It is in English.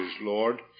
Lord